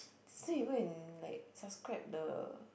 so you go and like subscribe the